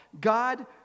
God